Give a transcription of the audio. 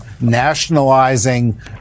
nationalizing